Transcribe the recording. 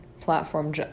platform